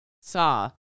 saw